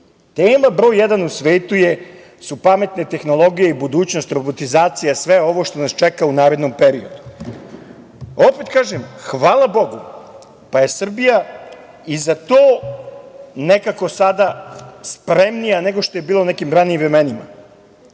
Tema broj jedan u svetu su pametne tehnologije i budućnost, robotizacija, sve ovo što nas čeka u narednom periodu. Opet kažem hvala Bogu pa je Srbija i za to nekako sada spremnija, nego što je bila u nekim ranijim vremenima.